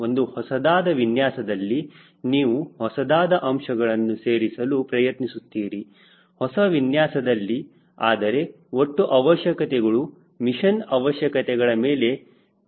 ಒಂದು ಹೊಸದಾದ ವಿನ್ಯಾಸದಲ್ಲಿ ನೀವು ಹೊಸದಾದ ಅಂಶಗಳನ್ನು ಸೇರಿಸಲು ಪ್ರಯತ್ನಿಸುತ್ತೀರಿ ಹೊಸ ವಿನ್ಯಾಸದಲ್ಲಿ ಆದರೆ ಒಟ್ಟು ಅವಶ್ಯಕತೆಗಳು ಮಿಷನ್ ಅವಶ್ಯಕತೆಗಳ ಮೇಲೆ ನಿರ್ಧರಿತವಾಗಿರುತ್ತದೆ